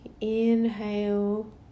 inhale